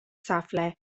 safle